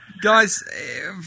Guys